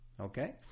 Okay